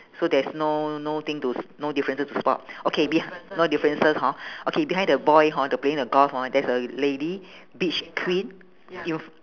so there's no no thing to s~ no differences to spot okay be~ no differences hor okay behind the boy hor the playing the golf hor there's a lady beach queen in f~